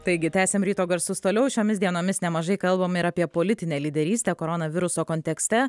taigi tęsiam ryto garsus toliau šiomis dienomis nemažai kalbam ir apie politinę lyderystę koronaviruso kontekste